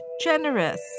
generous